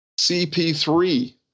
CP3